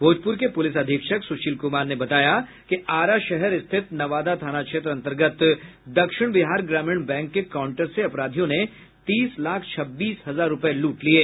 भोजपुर के पुलिस अधीक्षक सुशील कुमार ने बताया कि आरा शहर स्थित नवादा थाना क्षेत्र अंतर्गत दक्षिण बिहार ग्रामीण बैंक के काउंटर से अपराधियों ने तीस लाख छब्बीस हजार रूपये लूट लिये